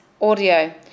audio